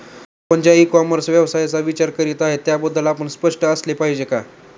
आपण ज्या e commerce व्यवसायाचा विचार करीत आहात त्याबद्दल आपण स्पष्ट असले पाहिजे का?